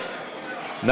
אתה יכול להוסיף אותי בבקשה?